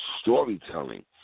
storytelling